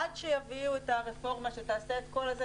עד שיביאו את הרפורמה שתעשה את כל זה,